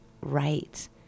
right